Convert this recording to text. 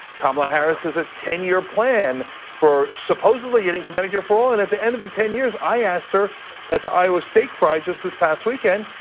kamala harris has a ten year plan for supposedly getting to medicare for all. and at the end of the ten years, i asked her at the iowa steak fry just this past weekend,